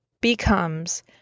becomes